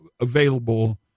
available